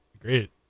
Great